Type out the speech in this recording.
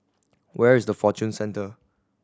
where is the Fortune Centre